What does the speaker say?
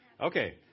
Okay